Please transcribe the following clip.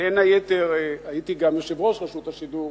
בין היתר, הייתי יושב-ראש רשות השידור